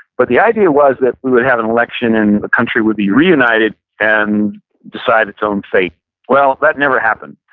but the idea was that we would have an election and the country would be reunited and decide its own fate well that never happened.